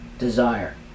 desire